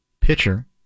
pitcher